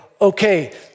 okay